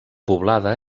poblada